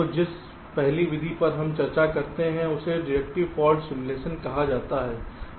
तो जिस पहली विधि पर हम चर्चा करते हैं उसे डिडक्टिव फॉल्ट सिमुलेशन कहा जाता है